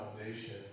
foundation